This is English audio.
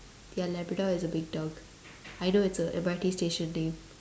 ya labrador is a big dog I know it's a M_R_T station name